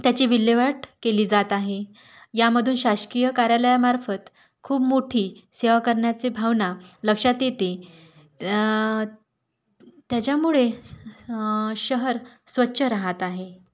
त्याची विल्हेवाट केली जात आहे यामधून शासकीय कार्यालयामार्फत खूप मोठी सेवा करण्याची भावना लक्षात येते त्याच्यामुळे शहर स्वच्छ राहत आहे